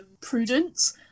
Prudence